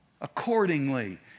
Accordingly